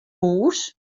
hûs